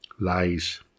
lies